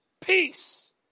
Peace